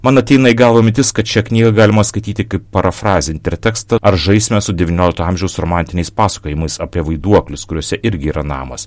man ateina į galvą mintis kad šią knygą galima skaityti kaip parafrazinį tertekstą ar žaismę su devyniolikto amžiaus romantiniais pasakojimais apie vaiduoklius kuriuose irgi yra namas